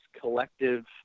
collective